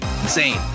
insane